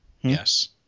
yes